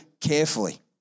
carefully